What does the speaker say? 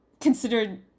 considered